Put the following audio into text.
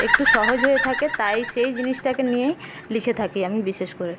একটু সহজ হয়ে থাকে তাই সেই জিনিসটাকে নিয়েই লিখে থাকি আমি বিশেষ করে